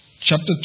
chapter